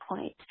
point